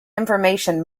information